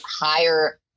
higher